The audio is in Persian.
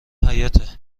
حیاطه